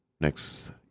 Next